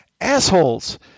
Assholes